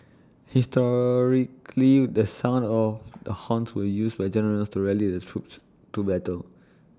historically the sound of the horns were used by generals to rally their troops to battle